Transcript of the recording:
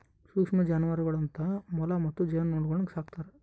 ಸೂಕ್ಷ್ಮ ಜಾನುವಾರುಗಳು ಅಂತ ಮೊಲ ಮತ್ತು ಜೇನುನೊಣಗುಳ್ನ ಸಾಕ್ತಾರೆ